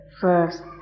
first